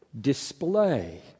display